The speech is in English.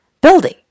building